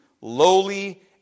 lowly